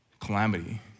Calamity